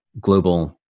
global